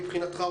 מבחינתך,